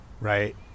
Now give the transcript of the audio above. Right